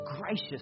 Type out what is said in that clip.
gracious